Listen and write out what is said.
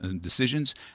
decisions